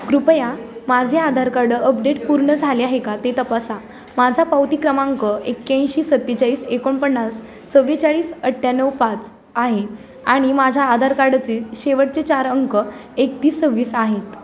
कृपया माझे Aadhaar card update पूर्ण झाले आहे का ते तपासा माझा पावती क्रमांक एक्क्याऐंशी सत्तेचाळीस एकोणपन्नास चव्वेचाळीस अठ्याण्णव पाच आहे आणि माझ्या आधार कार्डचे शेवटचे चार अंक एकतीस सव्हीस आहेत